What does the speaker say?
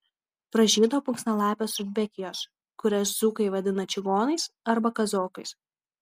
pražydo plunksnalapės rudbekijos kurias dzūkai vadina čigonais arba kazokais